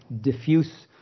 diffuse